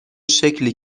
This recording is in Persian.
شکلی